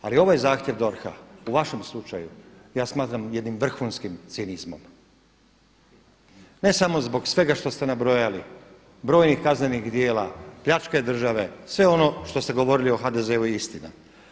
Ali ovaj zahtjev DORH-a u vašem slučaju ja smatram jednim vrhunskim cinizmom ne samo zbog svega što ste nabrojali, brojnih kaznenih djela, pljačke države, sve ono što ste govorili o HDZ-u je istina.